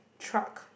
truck